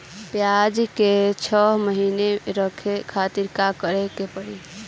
प्याज के छह महीना रखे खातिर का करी?